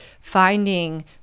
finding